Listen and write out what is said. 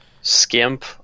skimp